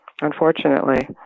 unfortunately